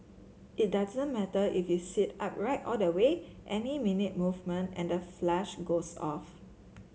it doesn't matter if you sit upright all the way any minute movement and the flush goes off